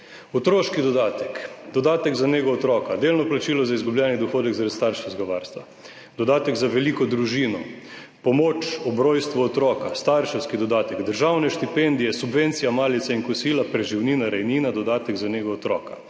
Otroški dodatek, dodatek za nego otroka, delno plačilo za izgubljeni dohodek, zaradi starševskega varstva, dodatek za veliko družino, pomoč ob rojstvu otroka, starševski dodatek, državne štipendije, subvencija malice in kosila, preživnina, rejnina, dodatek za nego otroka,